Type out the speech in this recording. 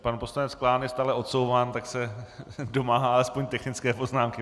Pan poslanec Klán je stále odsouván, tak se domáhá aspoň technické poznámky.